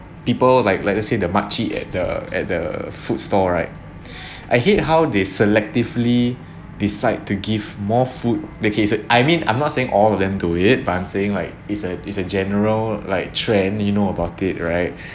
people like let us say the makcik at the at the food stall right I hate how they selectively decide to give more food the case I mean I'm not saying all of them do it but I'm saying like it's a it's a general like trend you know about it right